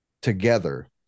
together